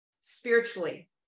spiritually